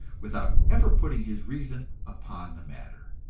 without ever putting his reason upon the matter.